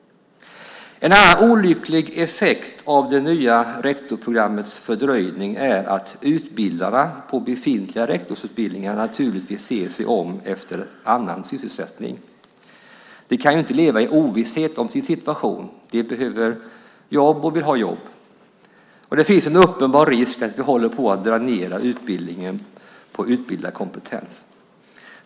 En annan olycklig effekt av det nya rektorsprogrammets fördröjning är att utbildarna på befintliga rektorsutbildningar naturligtvis ser sig om efter annan sysselsättning. De kan ju inte leva i ovisshet om sin situation. De behöver jobb och vill ha jobb. Risken är uppenbar att vi håller på att dränera utbildningen på utbildarkompetens.